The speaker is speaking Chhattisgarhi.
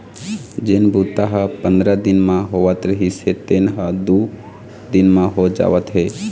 जेन बूता ह पंदरा दिन म होवत रिहिस हे तेन ह दू दिन म हो जावत हे